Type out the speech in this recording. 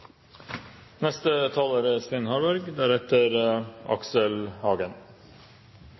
Neste taler er